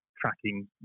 tracking